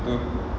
tu